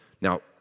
Now